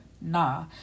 nah